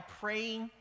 praying